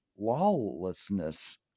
lawlessness